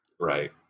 Right